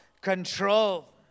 control